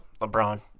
LeBron